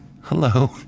hello